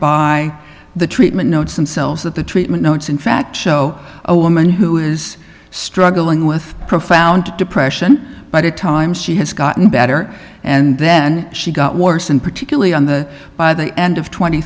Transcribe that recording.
by the treatment notes themselves that the treatment notes in fact show a woman who is struggling with profound depression by the time she has gotten better and then she got worse and particularly on the by the end of tw